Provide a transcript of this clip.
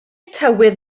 tywydd